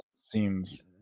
seems